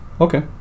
okay